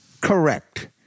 Correct